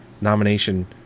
nomination